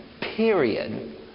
period